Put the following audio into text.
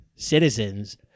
citizens